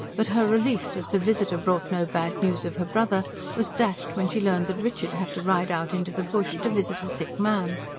but her relief that the visitor brought no bad news of her brother was dashed when she learned that richard had to ride out into the bush, to visit a sick man.